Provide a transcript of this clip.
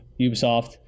Ubisoft